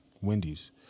wendy's